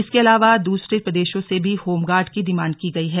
इसके अलावा दूसरे प्रदेशों से भी होमगार्ड की डिमांड की गई है